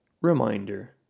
Reminder